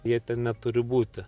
jie ten neturi būti